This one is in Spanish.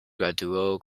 graduó